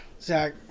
Zach